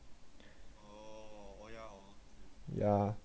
ya